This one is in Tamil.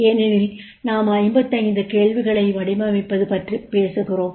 ஏனெனில் நாம் 55 கேள்விகளை வடிவமைப்பது பற்றி பேசுகிறோம்